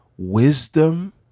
wisdom